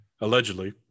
Allegedly